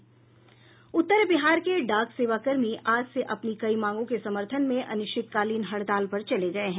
उत्तर बिहार के डाक सेवा कर्मी आज से अपनी कई मांगों के समर्थन में अनिश्चितकालीन हड़ताल पर चले गये हैं